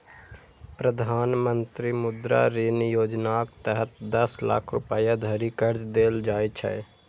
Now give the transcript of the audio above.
प्रधानमंत्री मुद्रा ऋण योजनाक तहत दस लाख रुपैया धरि कर्ज देल जाइ छै